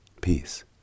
Peace